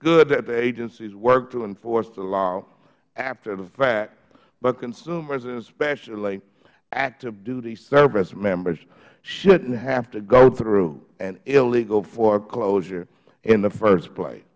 good that the agencies work to enforce the law after the fact but consumers and especially active duty service members shouldn't have to go through an illegal foreclosure in the first